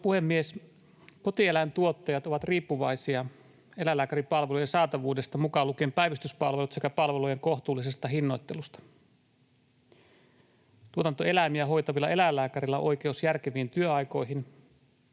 puhemies! Kotieläintuottajat ovat riippuvaisia eläinlääkäripalvelujen saatavuudesta, mukaan lukien päivystyspalvelut, sekä palvelujen kohtuullisesta hinnoittelusta. Tuotantoeläimiä hoitavilla eläinlääkäreillä on oikeus järkeviin työaikoihin